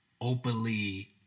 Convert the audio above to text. openly